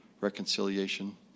reconciliation